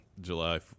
July